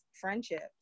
friendships